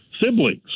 siblings